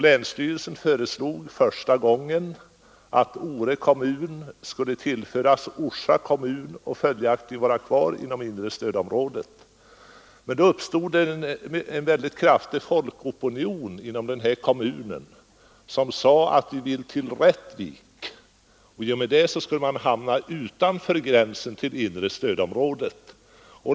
Länsstyrelsen föreslog i första omgången att Ore kommun skulle tillföras Orsa kommun och följaktligen vara kvar inom det inre stödområdet. Men då uppstod en kraftig folkopinion inom kommunen för en sammanläggning med Rättvik. I och med det skulle man hamna utanför gränsen till det inre stödområdet.